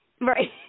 Right